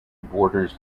borders